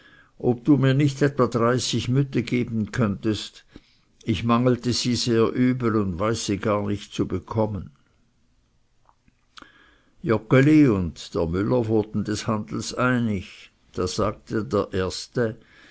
ob du mir nicht etwa dreißig mütte geben könntest ich mangelte sie sehr übel und weiß sie gar nicht zu bekommen joggeli und der müller wurden des handels einig da sagte der erste